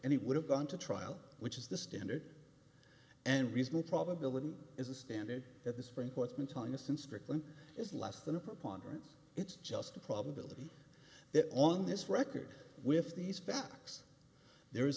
and he would have gone to trial which is the standard and reasonable probability is a standard that the supreme court's been telling us in strickland is less than a preponderance it's just a probability that on this record with these facts there is